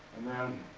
and then,